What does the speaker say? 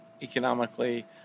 economically